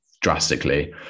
drastically